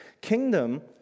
kingdom